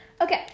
Okay